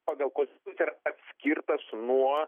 pagal konstituciją yra atskirtas nuo